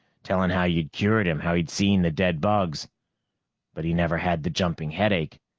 telling how you'd cured him, how he'd seen the dead bugs but he never had the jumping headache,